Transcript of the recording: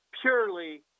purely